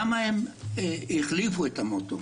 למה הם החליפו את המוטו?